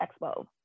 expo